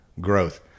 growth